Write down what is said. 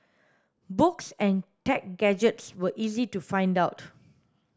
books and tech gadgets were easy to figure out